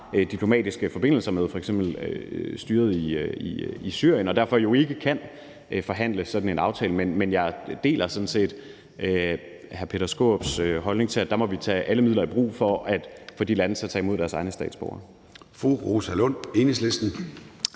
diplomatiske forbindelser med, f.eks. styret i Syrien, og derfor kan vi ikke forhandle sådan en aftale. Men jeg deler sådan set hr. Peter Skaarups holdning til, at der må vi tage alle midler i brug for at få de lande til at tage imod deres egne statsborgere. Kl. 11:28 Formanden